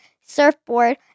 surfboard